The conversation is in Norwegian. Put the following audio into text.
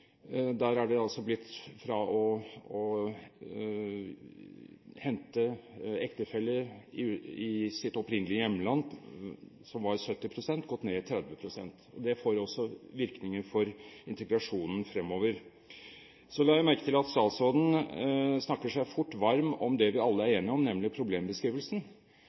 å hente ektefeller i sitt opprinnelige hjemland, som lå på 70 pst., gått ned til 30 pst. Det får også virkninger for integrasjonen fremover. Jeg la merke til at statsråden snakker seg fort varm om det vi alle er enige om, nemlig problembeskrivelsen.